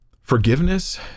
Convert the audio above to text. Forgiveness